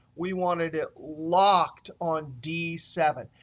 we wanted it locked on d seven.